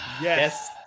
Yes